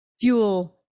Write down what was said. fuel